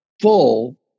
full